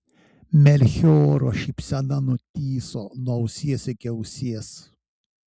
melchioro šypsena nutįso nuo ausies iki ausies